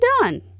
done